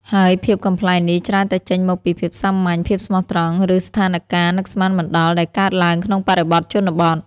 ហើយភាពកំប្លែងនេះច្រើនតែចេញមកពីភាពសាមញ្ញ ភាពស្មោះត្រង់ ឬស្ថានការណ៍នឹកស្មានមិនដល់ដែលកើតឡើងក្នុងបរិបទជនបទ។